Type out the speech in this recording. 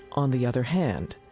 on the other hand,